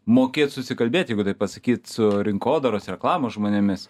mokėt susikalbėt jeigu taip pasakyt su rinkodaros reklamos žmonėmis